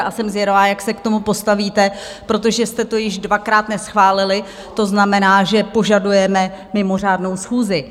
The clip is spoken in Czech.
A jsem zvědava, jak se k tomu postavíte, protože jste to již dvakrát neschválili, to znamená, že požadujeme mimořádnou schůzi.